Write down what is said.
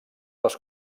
les